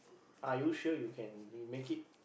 are you sure you can be make it